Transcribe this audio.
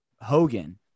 Hogan